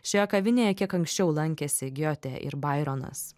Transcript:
šioje kavinėje kiek anksčiau lankėsi giote ir baironas